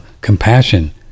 compassion